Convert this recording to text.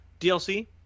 DLC